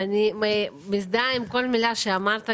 אני מזדהה עם כל מילה שאמרת.